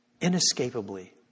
inescapably